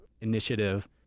initiative